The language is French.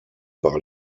par